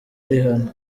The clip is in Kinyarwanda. rihanna